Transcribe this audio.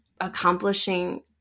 accomplishing